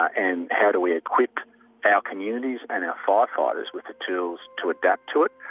and how do we equip our communities and our firefighters with the tools to adapt to it.